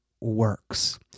works